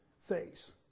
face